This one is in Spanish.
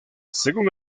según